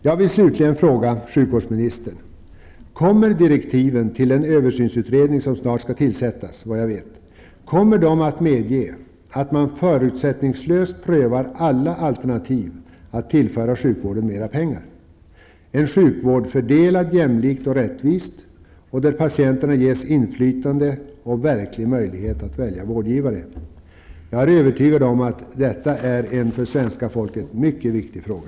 Jag vill slutligen fråga sjukvårdsministern: Kommer direktiven till den översynsutredning som, vad jag vet, snart skall tillsättas att medge att man förutsättningslöst prövar alla altenativ för att tillföra sjukvården mera pengar? Det gäller en sjukvård fördelad jämlikt och rättvist och där patienterna ges inflytande och verklig möjlighet att välja vårdgivare. Jag är övertygad om att detta är en för svenska folket mycket viktig fråga.